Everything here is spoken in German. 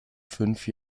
fünf